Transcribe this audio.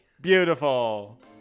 Beautiful